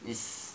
is